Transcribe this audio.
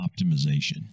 optimization